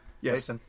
Yes